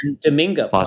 Domingo